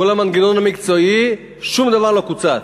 כל המנגנון המקצועי, שום דבר לא קוצץ.